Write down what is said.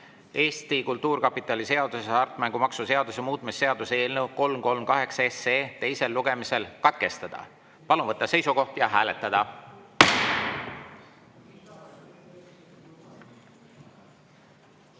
Eesti Kultuurkapitali seaduse ja hasartmängumaksu seaduse muutmise seaduse eelnõu 338 teine lugemine katkestada. Palun võtta seisukoht ja hääletada!